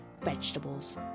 vegetables